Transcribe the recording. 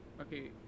Okay